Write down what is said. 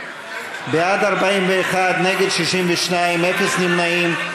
בעד, 41, נגד, 62, ואפס נמנעים.